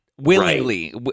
willingly